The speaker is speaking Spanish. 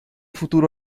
futuro